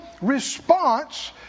response